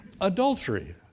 Adultery